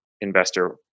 investor